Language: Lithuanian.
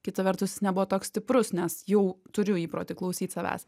kita vertus jis nebuvo toks stiprus nes jau turiu įprotį klausyt savęs